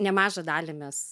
nemažą dalį mes